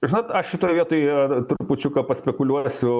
žinot aš šitoj vietoj trupučiuką paspekuliuosiu